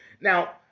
Now